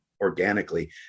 organically